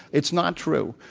it's not true.